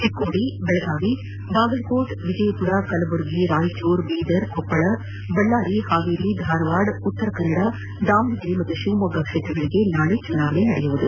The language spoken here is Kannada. ಚೆಕ್ಕೋಡಿ ಬೆಳಗಾವಿ ಬಾಗಲಕೋಟೆ ವಿಜಯಪುರ ಕಲಬುರಗಿ ರಾಯಚೂರು ಬೀದರ್ ಕೊಪ್ಪಳ ಬಳ್ಳಾರಿ ಹಾವೇರಿ ಧಾರವಾದ ಉತ್ತರ ಕನ್ನದ ದಾವಣಗೆರೆ ಮತ್ತು ಶಿವಮೊಗ್ಗ ಕ್ಷೇತ್ರಗಳಿಗೆ ನಾಳೆ ಚುನಾವಣೆ ನಡೆಯಲಿದೆ